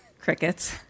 crickets